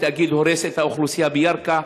כי התאגיד הורס את האוכלוסייה בירכא.